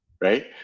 Right